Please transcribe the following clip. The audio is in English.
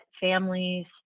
families